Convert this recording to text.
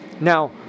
Now